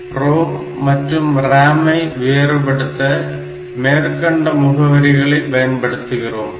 ROM மற்றும் RAM ஐ வேறுபடுத்த மேற்கண்ட முகவரிகளை பயன்படுத்துகிறோம்